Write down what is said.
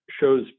shows